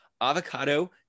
avocado